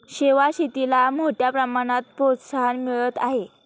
शेवाळ शेतीला मोठ्या प्रमाणात प्रोत्साहन मिळत आहे